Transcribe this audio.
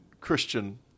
Christian